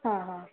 हां हां